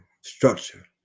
structure